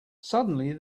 suddenly